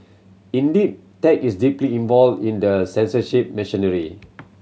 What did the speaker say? indeed tech is deeply involved in the censorship machinery